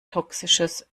toxisches